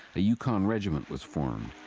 a yukon regiment was formed.